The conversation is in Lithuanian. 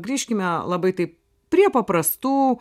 grįžkime labai taip prie paprastų